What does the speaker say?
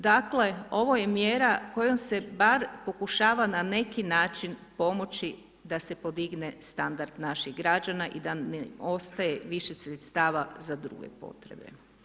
Dakle, ovo je mjera, kojom se bar pokušava na neki način pomoći, da se podigne standard naših građana i da ne ostaje više sredstava za druge potrebe.